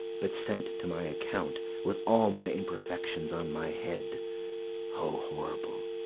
but sent to my account with all my imperfections on my head o, horrible!